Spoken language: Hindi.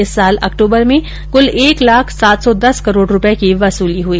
इस साल अक्टूबर में कुल एक लाख सात सौ दस करोड़ रुपये की वसूली हुई